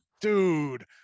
Dude